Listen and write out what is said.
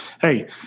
hey-